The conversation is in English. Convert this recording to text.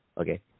Okay